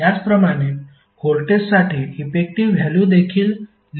त्याचप्रमाणे व्होल्टेजसाठी effective value देखील लिहिली जाऊ शकते